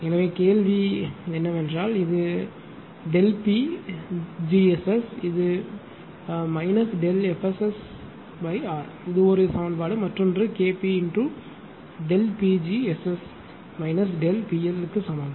எனவே கேள்வி என்னவென்றால் இது PgSS இது FSSR இது ஒரு சமன்பாடு மற்றொன்று KP க்கு சமம்